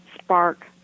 spark